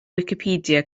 wicipedia